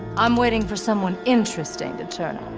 i'm waiting for someone interesting to turn